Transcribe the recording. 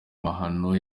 mahano